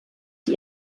die